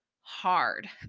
hard